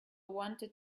wanted